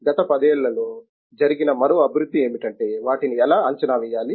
గత పదేళ్లలో జరిగిన మరో అభివృద్ధి ఏమిటంటే వాటిని ఎలా అంచనా వేయాలి